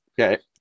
Okay